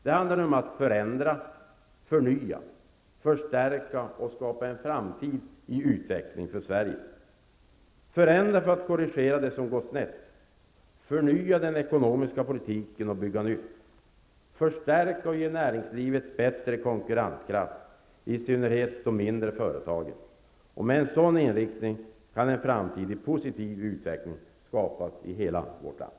Det handlar nu om att förändra, förnya, förstärka och skapa en framtid i utveckling för Sverige. Förändra för att korrigera det som gått snett. Förnya den ekonomiska politiken och bygga nytt. Förstärka och ge näringslivet bättre konkurrenskraft, i synnerhet de mindre företagen. Med en sådan inriktning kan en framtid i positiv utveckling skapas i hela vårt land.